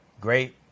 Great